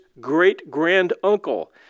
great-grand-uncle